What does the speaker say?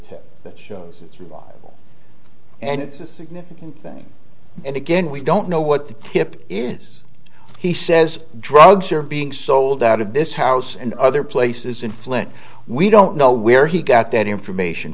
after the shows it's reliable and it's a significant thing and again we don't know what the tip is he says drugs are being sold out of this house and other places in flint we don't know where he got that information